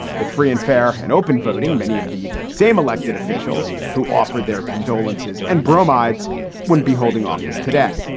with free and fair and open voting, many of the same elected officials who offered their condolences and bromides wouldn't be holding office today.